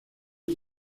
mes